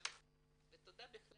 שעשיתם ותודה בכלל